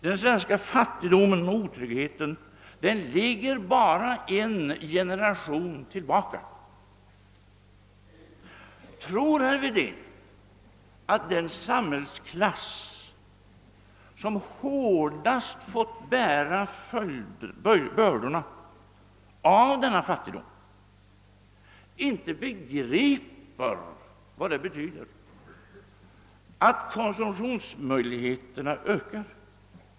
Den svenska fattigdomen och otryggheten ligger bara en generation tillbaka i tiden. Tror herr Wedén att den samhällsklass som fått bära de tyngsta bördorna av denna fattigdom inte begriper vad det betyder att konsumtionsmöjligheterna ökar?